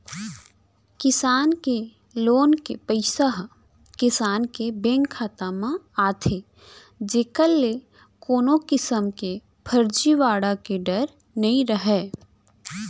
किसान के लोन के पइसा ह किसान के बेंक खाता म आथे जेकर ले कोनो किसम के फरजीवाड़ा के डर नइ रहय